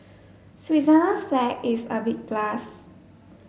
Switzerland's flag is a big plus